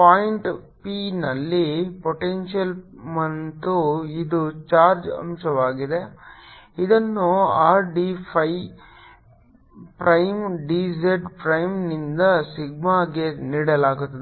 point p ನಲ್ಲಿ potential ಮತ್ತು ಇದು ಚಾರ್ಜ್ ಅಂಶವಾಗಿದೆ ಇದನ್ನು R d phi prime d z ಪ್ರೈಮ್ನಿಂದ ಸಿಗ್ಮಾಗೆ ನೀಡಲಾಗುತ್ತದೆ